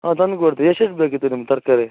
ಹಾಂ ತಂದು ಕೊಡ್ತೀವಿ ಎಷ್ಟು ಎಷ್ಟು ಬೇಕಿತ್ತು ನಿಮ್ಗೆ ತರಕಾರಿ